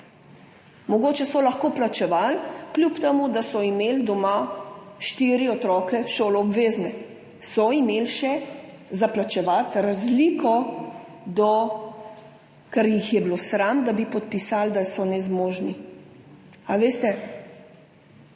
Mogoče so lahko plačevali, kljub temu, da so imeli doma štiri otroke, šoloobvezne, so imeli še za plačevati razliko do, ker jih je bilo sram, da bi podpisali, da so nezmožni.